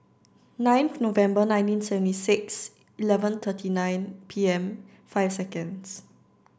ninth November nineteen seventy six eleven thirty nine P M five seconds